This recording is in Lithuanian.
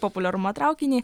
populiarumo traukinį